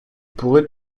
pourrais